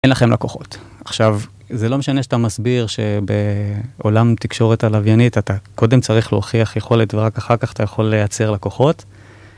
אין לכם לקוחות, עכשיו זה לא משנה שאתה מסביר שבעולם תקשורת הלוויינית אתה קודם צריך להוכיח יכולת ורק אחר כך אתה יכול לייצר לקוחות